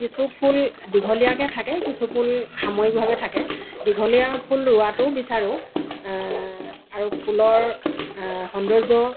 কিছু ফুল দীঘলীয়াকৈ থাকে কিছু ফুল সাময়িকভাৱে থাকে দীঘলীয়া ফুল ৰোৱাটোও বিচাৰোঁ আৰু ফুলৰ সৌন্দৰ্য